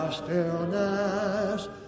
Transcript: stillness